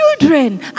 Children